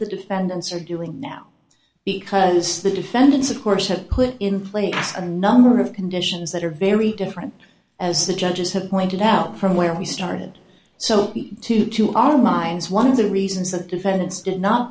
the defendants are doing now because the defendants of course have put in place a number of conditions that are very different as the judges have pointed out from where we started so to to our minds one of the reasons that defendants did not